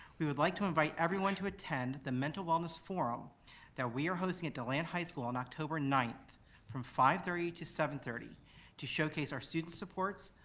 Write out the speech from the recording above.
we would like to invite everyone to attend the mental wellness forum that we are hosting at deland high school on october ninth from five thirty to seven thirty to showcase our student supports,